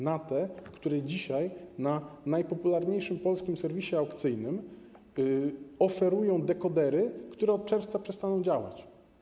Na te, które dzisiaj na najpopularniejszym polskim serwisie aukcyjnym oferują dekodery, które od czerwca przestaną działać.